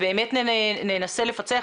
ובאמת ננסה לפצח.